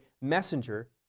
messenger